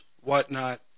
whatnot